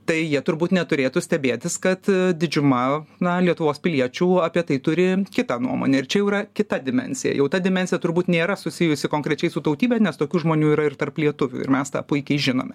tai jie turbūt neturėtų stebėtis kad didžiuma na lietuvos piliečių apie tai turi kitą nuomonę ir čia jau yra kita dimensija jau ta dimensija turbūt nėra susijusi konkrečiai su tautybe nes tokių žmonių yra ir tarp lietuvių ir mes tą puikiai žinome